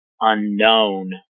unknown